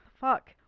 Fuck